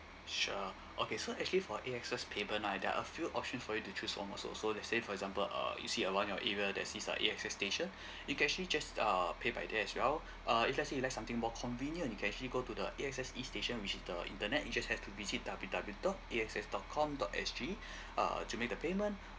sure okay so actually for the A_X_S payment uh there're a few option for you to choose almost also let's say for example uh you see around your area there is a A_X_S station you can actually just uh pay by there as well uh if let's say you like something more convenient you can actually go to the A_X_S e station which is the internet you just have to visit W W W dot A X S dot com dot S G uh to make the payment